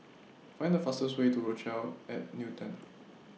Find The fastest Way to Rochelle At Newton